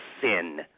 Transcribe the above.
sin